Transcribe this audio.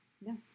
yes